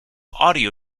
audio